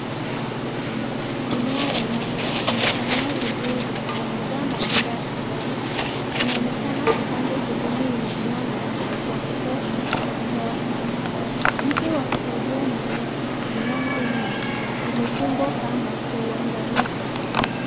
Mimea ya nyanya imechanua vizuri na kuzaa matunda ya kijani. Inaonekana kupandwa sehemu yenye mwanga wa kutosha na hewa safi. Mti wa kusaidia mimea kusimama wima, umefungwa kamba kwa uangalifu.